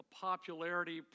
popularity